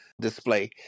display